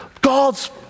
God's